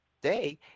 day